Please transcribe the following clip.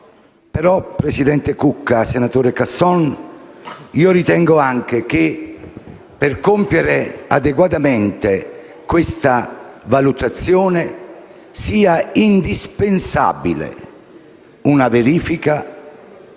senatore Cucca, senatore Casson, io ritengo anche che per compiere adeguatamente questa valutazione sia indispensabile una verifica